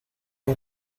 que